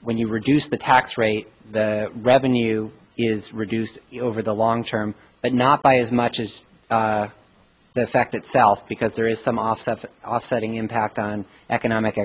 when you reduce the tax rate the revenue is reduced over the long term but not by as much as the fact itself because there is some offsets offsetting impact on economic